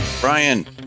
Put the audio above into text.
Brian